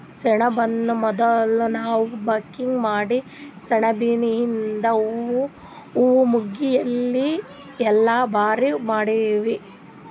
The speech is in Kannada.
ಸೆಣಬನ್ನ ಮೊದುಲ್ ನಾವ್ ಬಕಿಂಗ್ ಮಾಡಿ ಸೆಣಬಿಯಿಂದು ಹೂವಾ ಮಗ್ಗಿ ಎಲಿ ಎಲ್ಲಾ ಬ್ಯಾರೆ ಮಾಡ್ತೀವಿ